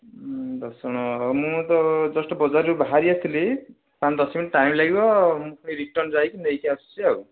ଦଶ ଜଣ ହଉ ମୁଁ ତ ଜଷ୍ଟ୍ ବଜାରରୁ ବାହାରିଆସିଥିଲି ପାଞ୍ଚ ଦଶ ମିନିଟ୍ ଟାଇମ୍ ଲାଗିବ ମୁଁ ପୁଣି ରିଟର୍ନ୍ ଯାଇକି ନେଇକି ଆସୁଛି ଆଉ